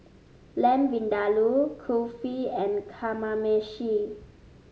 Lamb Vindaloo Kulfi and Kamameshi